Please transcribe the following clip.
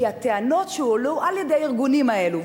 כי הטענות שהועלו על-ידי הארגונים האלה,